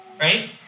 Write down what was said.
right